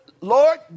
Lord